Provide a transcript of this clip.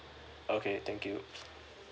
okay thank you